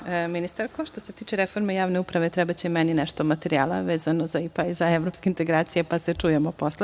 ministarko. Što se tiče reforme javne uprave, trebaće meni nešto materijala vezano za IPA, za Evropske integracije, pa se čujemo posle. Sada